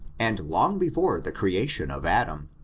and long before the creation of adam,